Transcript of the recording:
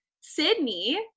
Sydney